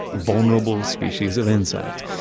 vulnerable species of insect.